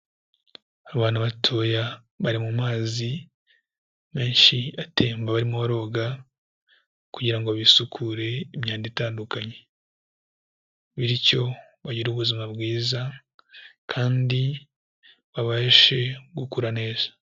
Abana batoya, bari mu mazi menshi, atemba barimo baroga, kugira ngo bisukure, imyanda itandukanye. Bityo bagire ubuzima bwiza, kandi babashe gukura neza.